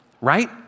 right